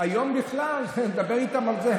היום בכלל לדבר איתם על זה?